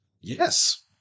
Yes